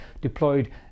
deployed